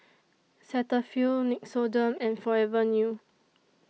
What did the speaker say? Cetaphil Nixoderm and Forever New